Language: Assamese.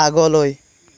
আগলৈ